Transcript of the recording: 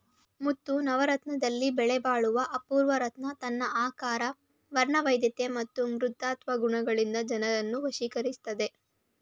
ಮುತ್ತು ನವರತ್ನದಲ್ಲಿ ಬೆಲೆಬಾಳುವ ಅಪೂರ್ವ ರತ್ನ ತನ್ನ ಆಕಾರ ವರ್ಣವೈವಿಧ್ಯತೆ ಮತ್ತು ಮೃದುತ್ವ ಗುಣಗಳಿಂದ ಜನರನ್ನು ವಶೀಕರಿಸ್ತದೆ